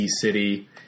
city